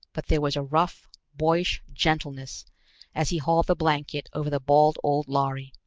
but there was a rough, boyish gentleness as he hauled the blanket over the bald old lhari.